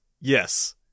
Yes